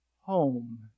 home